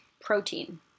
protein